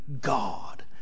God